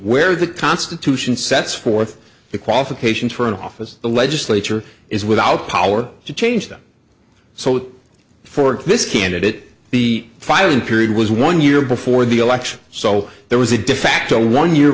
where the constitution sets forth the qualifications for an office the legislature is without power to change them so that for this candidate the filing period was one year before the election so there was a defacto one year